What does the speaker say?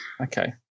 Okay